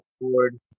board